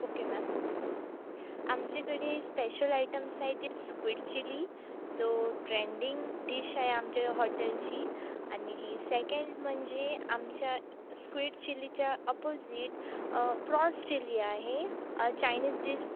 okay ma'am आमच्याकडे special items आहे ते स्क्वीड चिली तो ट्रेंडिंग डिश आहे आमच्या हॉटेलची आणि सेकेंड म्हणजे आमच्या स्क्वीड चिलीच्या अपोजिट प्रॉन्स चिली आहे चायनीज डिश